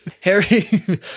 Harry